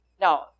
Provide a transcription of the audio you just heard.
Now